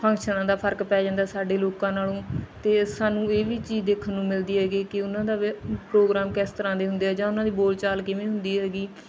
ਫੰਕਸ਼ਨਾਂ ਦਾ ਫਰਕ ਪੈ ਜਾਂਦਾ ਸਾਡੇ ਲੋਕਾਂ ਨਾਲੋਂ ਅਤੇ ਸਾਨੂੰ ਇਹ ਵੀ ਚੀਜ਼ ਦੇਖਣ ਨੂੰ ਮਿਲਦੀ ਹੈਗੀ ਕਿ ਉਹਨਾਂ ਦਾ ਵੀ ਪ੍ਰੋਗਰਾਮ ਕਿਸ ਤਰ੍ਹਾਂ ਦੇ ਹੁੰਦੇ ਆ ਜਾਂ ਉਹਨਾਂ ਦੀ ਬੋਲ ਚਾਲ ਕਿਵੇਂ ਹੁੰਦੀ ਹੈਗੀ